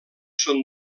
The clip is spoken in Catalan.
són